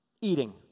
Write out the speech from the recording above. Eating